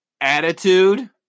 attitude